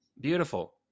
Beautiful